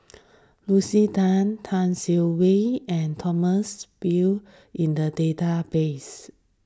Lucy Tan Tan Siah Kwee and Thomas View in the database